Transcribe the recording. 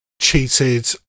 cheated